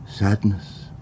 Sadness